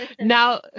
Now